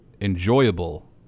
Enjoyable